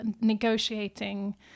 negotiating